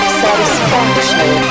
satisfaction